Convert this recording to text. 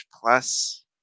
plus